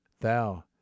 Thou